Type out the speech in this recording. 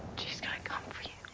chase kind of com freedom.